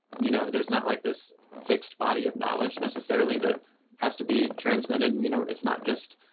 you know, there's not like this fixed body of knowledge necessarily that has to be transmitted and, you know, it's not just,